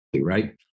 right